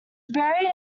buried